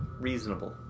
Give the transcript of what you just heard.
reasonable